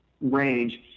range